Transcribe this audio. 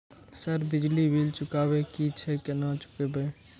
Sir बिजली bill चुकाबे की छे केना चुकेबे?